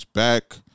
Back